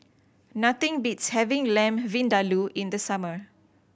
nothing beats having Lamb Vindaloo in the summer